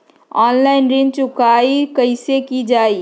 Online ऋण चुकाई कईसे की ञाई?